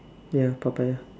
ya Papaya